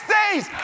days